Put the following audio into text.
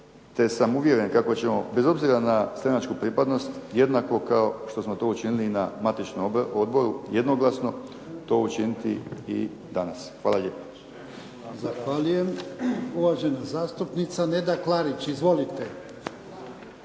te sam uvjeren kako ćemo bez obzira na stranačku pripadnost, jednako kao što smo to učinili i na matičnom odboru jednoglasno, to učiniti i danas. Hvala lijepa. **Jarnjak, Ivan (HDZ)** Zahvaljujem. Uvažena zastupnica Neda Klarić. Izvolite.